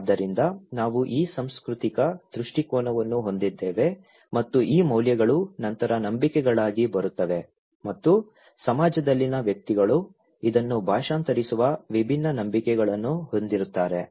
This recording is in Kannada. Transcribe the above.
ಆದ್ದರಿಂದ ನಾವು ಈ ಸಾಂಸ್ಕೃತಿಕ ದೃಷ್ಟಿಕೋನವನ್ನು ಹೊಂದಿದ್ದೇವೆ ಮತ್ತು ಈ ಮೌಲ್ಯಗಳು ನಂತರ ನಂಬಿಕೆಗಳಾಗಿ ಬರುತ್ತವೆ ಮತ್ತು ಸಮಾಜದಲ್ಲಿನ ವ್ಯಕ್ತಿಗಳು ಇದನ್ನು ಭಾಷಾಂತರಿಸುವ ವಿಭಿನ್ನ ನಂಬಿಕೆಗಳನ್ನು ಹೊಂದಿರುತ್ತಾರೆ